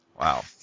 Wow